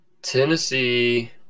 Tennessee